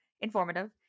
informative